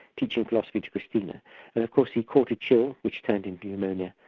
teaching philosophy to christina. and of course he caught a chill, which turned into pneumonia,